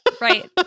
Right